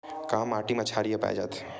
का माटी मा क्षारीय पाए जाथे?